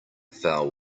fell